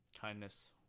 kindness